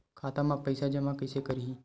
खाता म पईसा जमा कइसे करही?